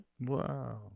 Wow